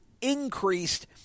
increased